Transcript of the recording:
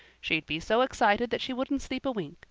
she'd be so excited that she wouldn't sleep a wink.